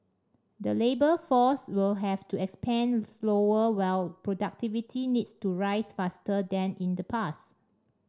the labour force will have to expand slower while productivity needs to rise faster than in the past